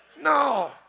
No